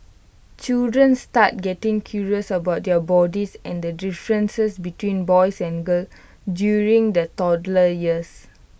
children start getting curious about their bodies and the differences between boys and girls during the toddler years